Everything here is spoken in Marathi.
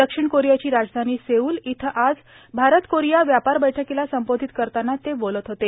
दक्षिण कोरियाची राजधानी सेऊल इथं आज भारत कोरिया व्यापार बैठकीला संबोधित करताना ते बोलत होते